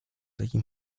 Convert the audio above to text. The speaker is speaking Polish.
jakim